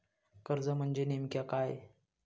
कर्ज म्हणजे नेमक्या काय?